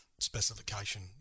specification